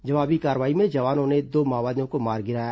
जवाबी कार्रवाई में जवानों ने दो माओवादियों को मार गिराया